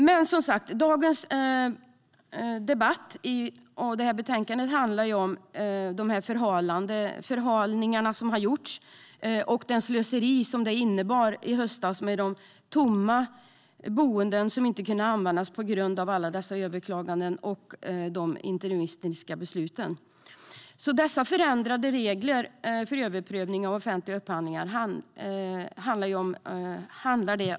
Den här debatten och det här betänkandet handlar som sagt om förhalningarna och slöseriet i höstas med tomma boenden som inte kunde användas på grund av alla överklaganden och interimistiska beslut. Betänkandet handlar om förändrade regler för överprövning av offentliga upphandlingar.